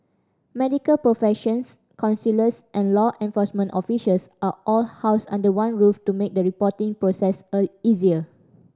medical professionals counsellors and law enforcement officials are all housed under one roof to make the reporting process easier